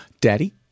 Daddy